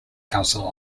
council